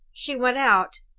she went out.